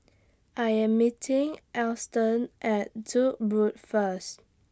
I Am meeting Alston At Duke's Road First